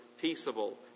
peaceable